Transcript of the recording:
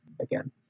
again